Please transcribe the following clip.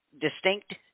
distinct